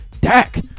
Dak